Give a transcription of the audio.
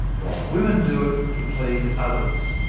while women do it to please others.